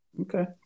Okay